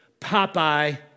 Popeye